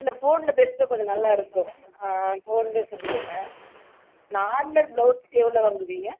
இல்லை ஃபோனில் பேசினா கொஞ்சம் நல்லா இருக்கும் ஃபோன்ல சொல்லிவிடுங்க நார்மல் ப்ளவுஸ்க்கு எவ்வளோ வாங்குவிங்க